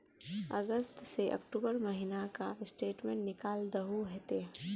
अगस्त से अक्टूबर महीना का स्टेटमेंट निकाल दहु ते?